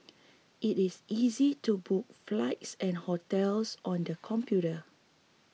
it is easy to book flights and hotels on the computer